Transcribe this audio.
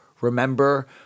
remember